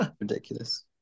Ridiculous